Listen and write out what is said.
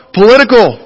political